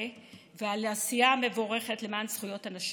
ועל העשייה המבורכת למען זכויות הנשים,